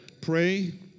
pray